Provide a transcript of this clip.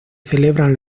celebran